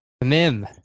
Mim